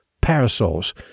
parasols